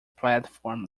platform